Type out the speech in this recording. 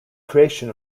creation